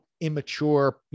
immature